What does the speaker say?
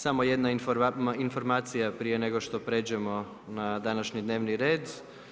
Samo jedna informacija, prije nego što pređemo na današnji dnevni red.